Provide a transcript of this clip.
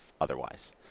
otherwise